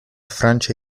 francia